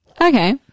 okay